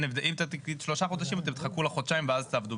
אם תגיד שלושה חודשים אתם תחכו חודשיים ואז תעבדו.